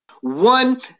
One